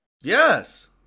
Yes